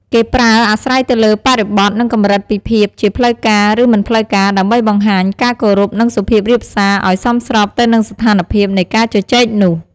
គេប្រើអាស្រ័យទៅលើបរិបទ និងកម្រិតពីភាព ជាផ្លូវការ ឬមិនផ្លូវការ ដើម្បីបង្ហាញការគោរព និងសុភាពរាបសារឱ្យសមស្របទៅនឹងស្ថានភាពនៃការជជែកនោះ។